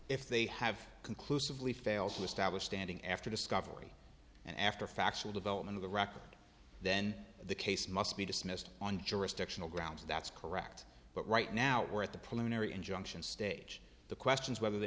if they have conclusively fails to establish standing after discovery and after factual development of the record then the case must be dismissed on jurisdictional grounds that's correct but right now we're at the preliminary injunction stage the questions whether they